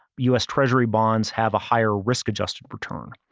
us treasury bonds have a higher risk adjusted return.